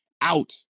Out